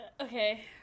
Okay